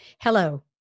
Hello